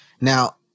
Now